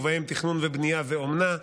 ובהם תכנון ובנייה ואומנה.